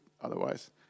otherwise